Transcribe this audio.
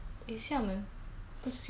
you can also go hong kong and taiwan